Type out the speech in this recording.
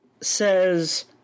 says